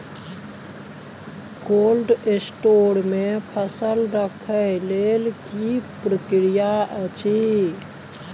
Cold store मे फसल रखय लेल की प्रक्रिया अछि?